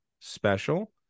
special